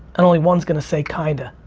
and only one's gonna say kinda.